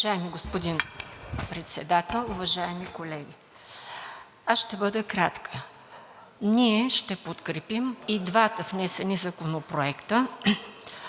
Уважаеми господин Председател, уважаеми колеги! Ще бъда кратка. Ние ще подкрепим и двата внесени законопроекта